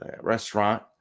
restaurant